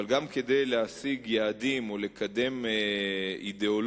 אבל גם כדי להשיג יעדים או לקדם אידיאולוגיה